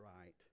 right